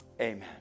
Amen